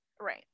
right